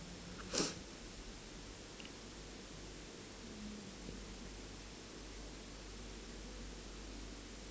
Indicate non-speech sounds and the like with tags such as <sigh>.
<noise>